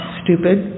stupid